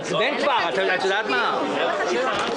היות שזה לא דיון שנוגע אליכם